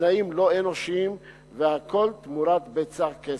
בתנאים לא אנושיים, והכול תמורת בצע כסף.